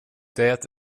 det